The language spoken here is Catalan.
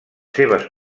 seves